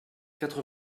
quatre